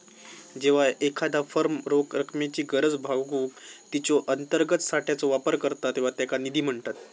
जेव्हा एखादा फर्म रोख रकमेची गरज भागवूक तिच्यो अंतर्गत साठ्याचो वापर करता तेव्हा त्याका निधी म्हणतत